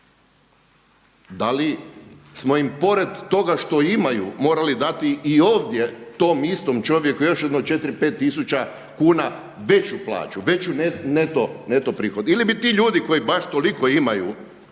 Da li smo im pored toga što imaju morali dati i ovdje tom istom čovjeku još jedno 4, 5 tisuća kuna veću plaću, veći neto prihod. Ili bi ti ljudi koji baš toliko imaju